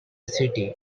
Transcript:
city